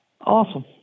Awesome